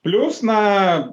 plius na